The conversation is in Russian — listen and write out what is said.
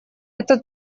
это